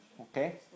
Okay